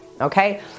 okay